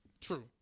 True